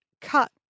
cut